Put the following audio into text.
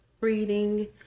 reading